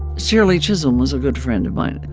shirley chisholm was a good friend of mine,